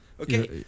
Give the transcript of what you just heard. Okay